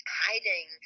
hiding